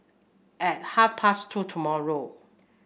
at half past two tomorrow